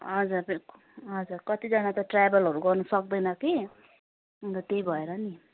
हजुर हजुर कतिजना त ट्राभलहरू गर्नु सक्दैन कि अन्त त्यहीँ भएर नि